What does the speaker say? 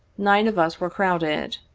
nine of us were crowded.